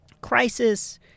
crisis